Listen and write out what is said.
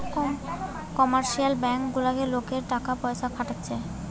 commercial bank গুলাতে লোকরা টাকা পয়সা খাটাচ্ছে